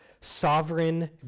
Sovereign